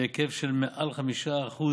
בהיקף של מעל 5%